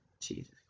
Jesus